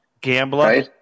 gambler